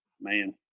man